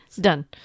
done